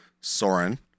Soren